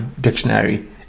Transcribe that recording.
dictionary